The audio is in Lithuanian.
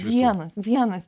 vienas vienas